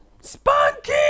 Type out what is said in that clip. Spunky